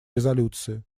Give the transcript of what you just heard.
резолюции